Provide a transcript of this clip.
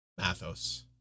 Mathos